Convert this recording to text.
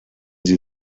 sie